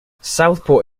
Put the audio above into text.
southport